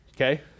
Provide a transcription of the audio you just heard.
Okay